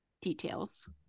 details